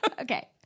Okay